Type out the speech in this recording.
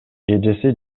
эжеси